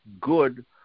good